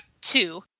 two